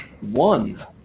one